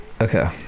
okay